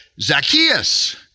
Zacchaeus